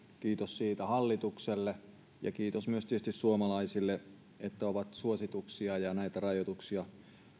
kiitos siitä hallitukselle ja kiitos tietysti myös suomalaisille että ovat suosituksia ja näitä rajoituksia